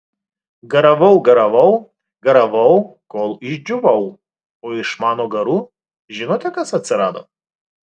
garavau garavau garavau kol išdžiūvau o iš mano garų žinote kas atsirado